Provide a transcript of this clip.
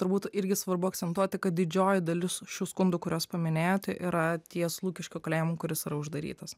turbūt irgi svarbu akcentuoti kad didžioji dalis šių skundų kuriuos paminėjote yra ties lukiškių kalėjimu kuris yra uždarytas